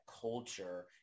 culture